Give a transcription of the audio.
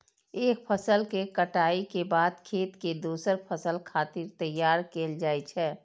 एक फसल के कटाइ के बाद खेत कें दोसर फसल खातिर तैयार कैल जाइ छै